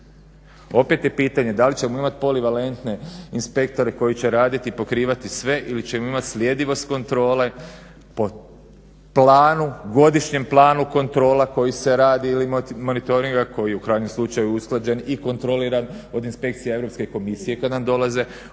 Opet je pitanje da li ćemo imati polivalentne inspektore koji će raditi i pokrivati sve ili ćemo imati sljedivost kontrole po planu, godišnjem planu kontrola koji se radi ili monitoringa koji je u krajnjem slučaju usklađen i kontroliran od inspekcija Europske komisije kad nam dolaze.